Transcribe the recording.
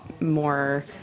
more